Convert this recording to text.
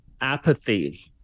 apathy